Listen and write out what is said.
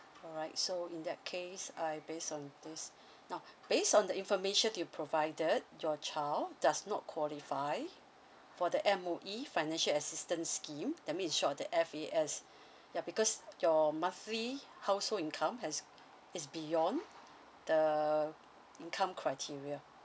alright so in that case alright based on this now based on the information you provided your child does not qualify for the M_O_E financial assistance scheme that means in short the F_A_S yeah because your monthly household income has is beyond the income criteria